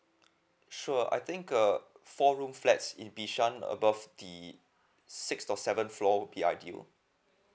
sure I think uh four room flats in bishan above the six or seven floor will be ideal